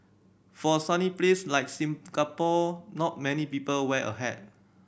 for a sunny place like Singapore not many people wear a hat